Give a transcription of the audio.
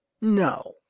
no